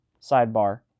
sidebar